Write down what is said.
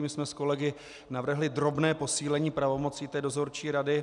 My jsme s kolegy navrhli drobné posílení pravomocí dozorčí rady.